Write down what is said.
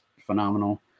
phenomenal